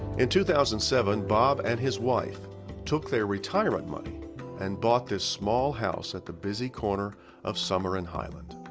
in two thousand and seven bob and his wife took their retirement money and bought this small house at the busy corner of summer and highland.